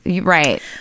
Right